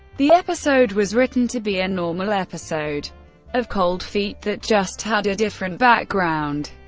the episode was written to be a normal episode of cold feet that just had a different background.